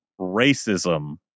Racism